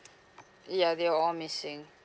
ya they were all missing